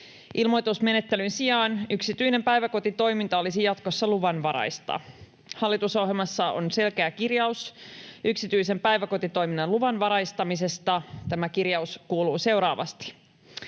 Ilmoitusmenettelyn sijaan yksityinen päiväkotitoiminta olisi jatkossa luvanvaraista. Hallitusohjelmassa on selkeä kirjaus yksityisen päiväkotitoiminnan luvanvaraistamisesta. Tämä kirjaus kuuluu seuraavasti: